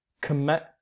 commit